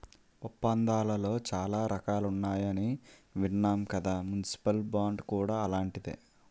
ఒప్పందాలలో చాలా రకాలున్నాయని విన్నాం కదా మున్సిపల్ బాండ్ కూడా అలాంటిదే